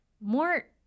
more